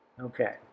Okay